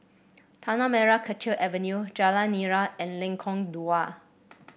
Tanah Merah Kechil Avenue Jalan Nira and Lengkong Dua